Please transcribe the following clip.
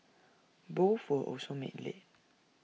both were also made late